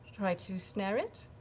try to snare it,